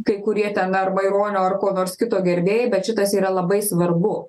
kai kurie ten ar maironio ar ko nors kito gerbėjai bet šitas yra labai svarbu